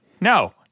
No